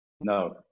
No